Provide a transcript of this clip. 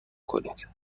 کنید